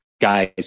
guys